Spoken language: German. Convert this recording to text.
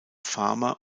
farmer